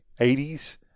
80s